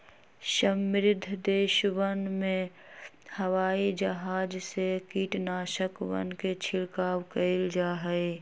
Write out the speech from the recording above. समृद्ध देशवन में हवाई जहाज से कीटनाशकवन के छिड़काव कइल जाहई